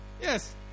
Yes